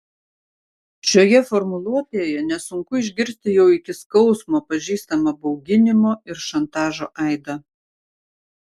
šioje formuluotėje nesunku išgirsti jau iki skausmo pažįstamą bauginimo ir šantažo aidą